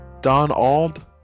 Donald